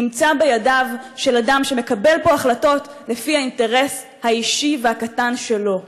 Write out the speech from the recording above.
נמצא בידיו של אדם שמקבל פה החלטות לפי האינטרס האישי והקטן שלו.